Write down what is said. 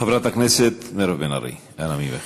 חברת הכנסת מירב בן ארי, אנא ממך.